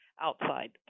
outside